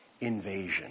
invasion